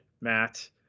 Matt